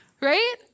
Right